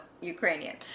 Ukrainian